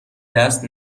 دست